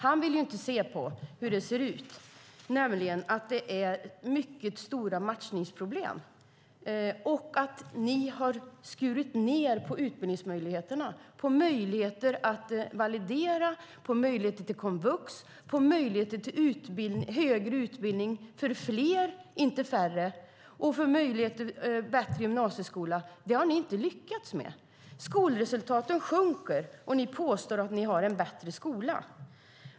Han vill inte se hur det ser ut, nämligen att det är mycket stora matchningsproblem och att ni har skurit ned på utbildningsmöjligheterna. Det handlar om möjligheter att validera, möjligheter till komvux, möjligheter till högre utbildning för fler och inte färre samt en bättre gymnasieskola. Det har ni inte lyckats med. Skolresultaten sjunker, och ni påstår att ni har en bättre skola.